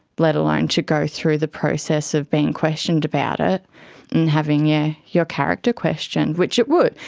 let alone to go through the process of being questioned about it and having yeah your character questioned, which it would.